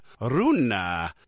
Runa